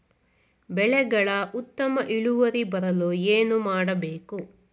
ಬೆಳೆಗಳ ಉತ್ತಮ ಇಳುವರಿ ಬರಲು ಏನು ಮಾಡಬೇಕು?